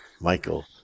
Michael